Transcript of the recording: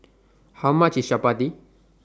How much IS Chapati